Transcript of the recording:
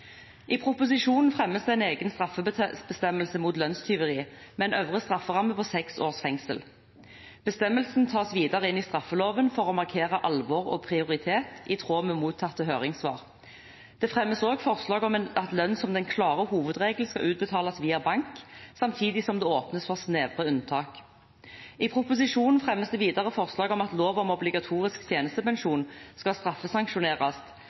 I proposisjonen fremmes det en egen straffebestemmelse mot lønnstyveri med en øvre strafferamme på seks års fengsel. Bestemmelsen tas videre inn i straffeloven for å markere alvor og prioritet i tråd med mottatte høringssvar. Det fremmes også forslag om at lønn som den klare hovedregel skal utbetales via bank, samtidig som det åpnes for snevre unntak. I proposisjonen fremmes det videre forslag om at lov om obligatorisk tjenestepensjon skal straffesanksjoneres,